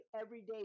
everyday